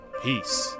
peace